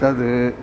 तद्